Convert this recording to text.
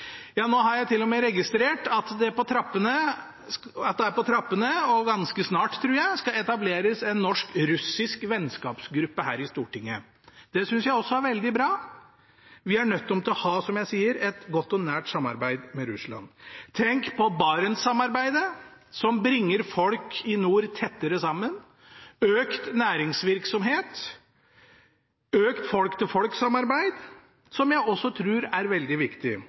Ja, nå har jeg til og med registrert at det er på trappene at det – ganske snart, tror jeg – skal etableres en norsk-russisk vennskapsgruppe i Stortinget. Det synes jeg også er veldig bra. Vi er nødt til å ha, som jeg sier, et godt og nært samarbeid med Russland. Tenk på Barentssamarbeidet, som bringer folk i nord tettere sammen, øker næringsvirksomhet og øker folk-til-folk-samarbeid, som jeg også tror er veldig viktig.